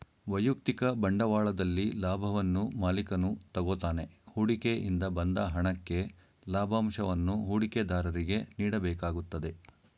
ವೈಯಕ್ತಿಕ ಬಂಡವಾಳದಲ್ಲಿ ಲಾಭವನ್ನು ಮಾಲಿಕನು ತಗೋತಾನೆ ಹೂಡಿಕೆ ಇಂದ ಬಂದ ಹಣಕ್ಕೆ ಲಾಭಂಶವನ್ನು ಹೂಡಿಕೆದಾರರಿಗೆ ನೀಡಬೇಕಾಗುತ್ತದೆ